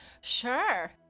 Sure